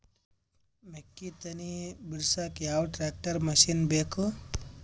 ಮೆಕ್ಕಿ ತನಿ ಬಿಡಸಕ್ ಯಾವ ಟ್ರ್ಯಾಕ್ಟರ್ ಮಶಿನ ಬೇಕು?